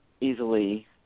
easily